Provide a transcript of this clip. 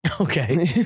Okay